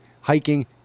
hiking